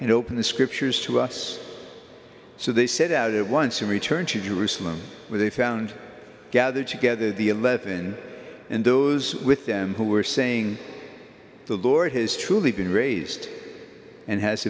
and open the scriptures to us so they set out at once and returned to jerusalem where they found gathered together the eleven and those with them who were saying the lord has truly been raised and has